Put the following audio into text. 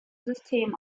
system